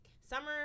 Summer